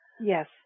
yes